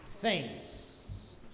thanks